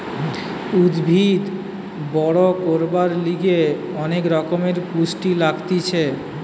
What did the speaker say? উদ্ভিদ বড় করার লিগে অনেক রকমের পুষ্টি লাগতিছে